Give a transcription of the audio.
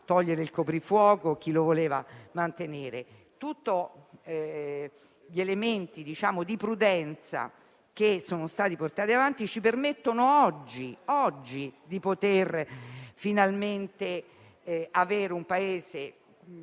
togliere il coprifuoco e chi lo voleva mantenere, e tutti gli elementi di prudenza che sono stati portati avanti ci permettono oggi di poter finalmente avere un Paese